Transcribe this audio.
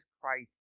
Christ